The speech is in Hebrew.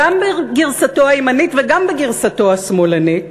גם בגרסתו הימנית וגם בגרסתו השמאלנית,